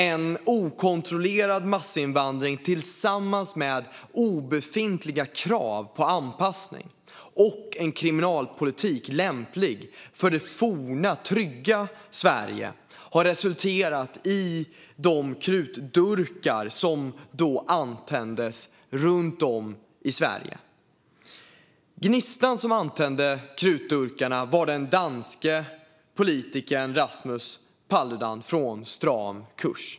En okontrollerad massinvandring tillsammans med obefintliga krav på anpassning och en kriminalpolitik lämplig för det forna, trygga Sverige har resulterat i de krutdurkar som antändes runt om i Sverige. Gnistan som antände krutdurkarna var den danske politikern Rasmus Paludan från Stram kurs.